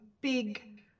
big